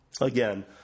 again